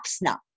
now